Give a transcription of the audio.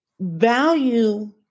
Value